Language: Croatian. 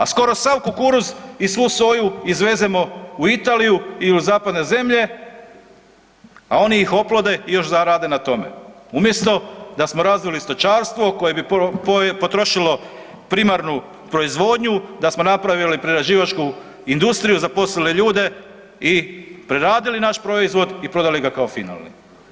A skoro sav kukuruz i svu soju izvezemo u Italiju i u zapadne zemlje a oni ih oplode i još zarade na tome umjesto da smo razvili stočarstvo koje bi potrošilo primarnu proizvodnju, da smo napravili prerađivačku industriju, zaposlili ljude i preradili naš proizvod i prodali ga kao finalni.